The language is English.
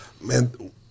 Man